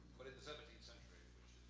but in the seventeenth century which